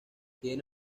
tiene